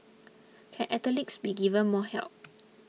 can athletes be given more help